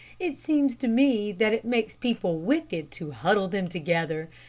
it seems to me that it makes people wicked to huddle them together.